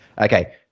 okay